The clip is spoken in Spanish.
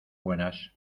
buenas